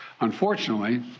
Unfortunately